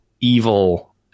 evil